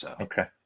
Okay